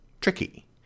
tricky